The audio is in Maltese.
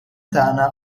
tagħna